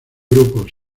grupos